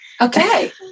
Okay